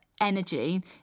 energy